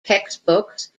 textbooks